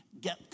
get